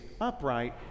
upright